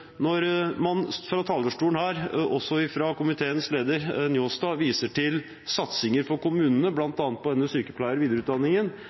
Når man fra talerstolen her, også fra komiteens leder Njåstad, viser til satsinger for kommunene, bl.a. videreutdanningen